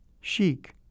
chic